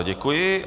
Děkuji.